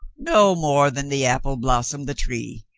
no more than the apple blossom the tree.